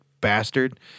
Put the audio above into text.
bastard